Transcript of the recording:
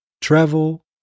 travel